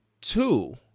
two